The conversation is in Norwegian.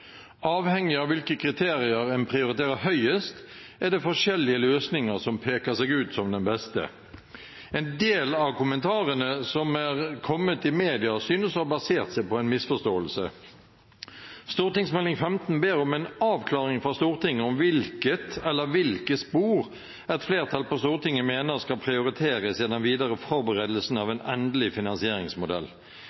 Avhengig av hvilke kriterier en prioriterer høyest, er det forskjellige løsninger som peker seg ut som den beste. En del av kommentarene som er kommet i media, synes å ha basert seg på en misforståelse. Meld. St. 15 for 2016–2017 ber om en avklaring fra Stortinget om hvilket eller hvilke spor et flertall på Stortinget mener skal prioriteres i den videre forberedelsen av